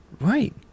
Right